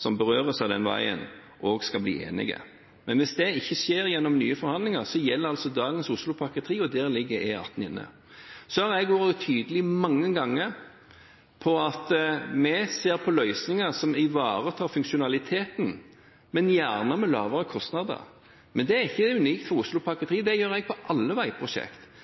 som berøres av den veien, også skal bli enige. Hvis det ikke skjer gjennom nye forhandlinger, gjelder dagens Oslopakke 3, og der ligger E18 inne. Så har jeg mange ganger vært tydelig på at vi ser på løsninger som ivaretar funksjonaliteten, men gjerne med lavere kostnader. Men det er ikke unikt for Oslopakke 3, det gjør jeg på alle